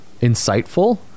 insightful